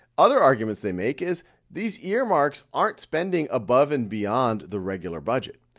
other arguments they make is these earmarks aren't spending above and beyond the regular budget.